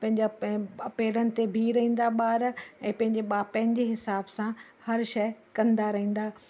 पंहिंजा पेरनि ते बीहु रहंदा ॿार ऐं पंहिंजे ॿार पंहिंजे हिसाब सां हर शइ कंदा रहंदा